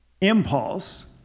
impulse